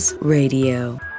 Radio